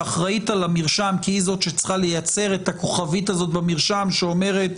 שאחראית על המרשם כי היא זו שצריכה לייצר את הכוכבית הזאת במרשם שאומרת